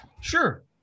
Sure